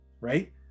right